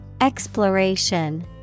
Exploration